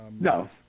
No